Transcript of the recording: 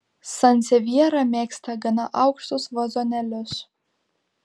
sansevjera mėgsta gana aukštus vazonėlius